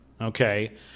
Okay